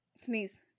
sneeze